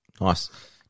Nice